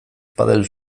padel